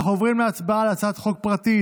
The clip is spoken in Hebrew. אנחנו עוברים להצבעה על הצעת חוק פרטית,